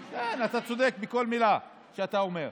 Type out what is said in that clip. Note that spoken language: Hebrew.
כן, אתה צודק בכל מילה שאתה אומר.